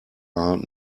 are